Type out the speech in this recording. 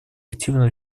активное